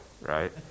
right